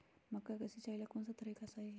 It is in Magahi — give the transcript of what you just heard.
मक्का के सिचाई ला कौन सा तरीका सही है?